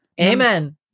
Amen